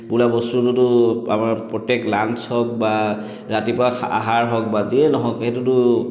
বোলা বস্তুটোতো আমাৰ প্ৰত্যেক লাঞ্চ হওক বা ৰাতিপুৱা আহাৰ হওক বা যিয়ে নহওক সেইটোতো